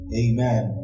amen